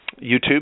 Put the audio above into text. YouTube